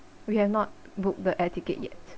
we have not booked the air ticket yet